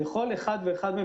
לכל אחד ואחת מהם,